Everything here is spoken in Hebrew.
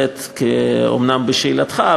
נמצאת אומנם בשאלתך,